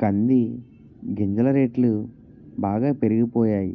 కంది గింజల రేట్లు బాగా పెరిగిపోయాయి